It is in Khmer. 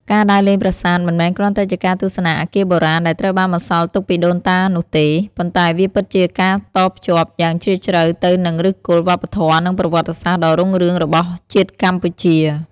ការដើរលេងប្រាសាទមិនមែនគ្រាន់តែជាការទស្សនាអគារបុរាណដែលត្រូវបានបន្សល់ទុកពីដូនតានោះទេ ប៉ុន្តែវាពិតជាការតភ្ជាប់យ៉ាងជ្រាលជ្រៅទៅនឹងឫសគល់វប្បធម៌និងប្រវត្តិសាស្ត្រដ៏រុងរឿងរបស់ជាតិកម្ពុជា។